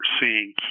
seeing